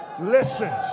listens